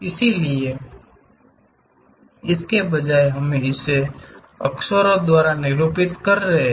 इसलिए इसके बजाय हम इसे अक्षरों द्वारा निरूपित कर रहे हैं